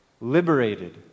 liberated